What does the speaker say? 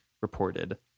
reported